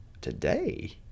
today